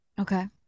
Okay